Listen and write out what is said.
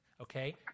Okay